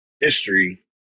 History